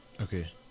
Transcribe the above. okay